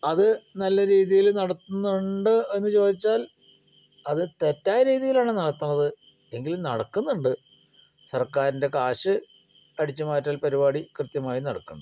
അത് നല്ല രീതിയിൽ നടത്തുന്നുണ്ട് എന്ന് ചോദിച്ചാൽ അത് തെറ്റായ രീതിയിലാണ് നടത്തണത് എങ്കിലും നടക്കുന്നുണ്ട് സർക്കാരിൻ്റെ കാശ് അടിച്ചുമാറ്റൽ പരിപാടി കൃത്യമായ് നടക്കുന്നുണ്ട്